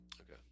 Okay